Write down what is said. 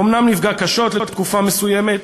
אומנם הוא נפגע קשות לתקופה מסוימת,